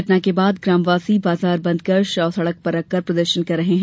घटना के बाद ग्रामवासी बाजार बंद कर शव सडक़ पर रखकर प्रदर्शन कर रहे है